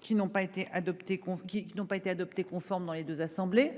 qui n'ont pas été adopté conforme dans les 2 assemblées.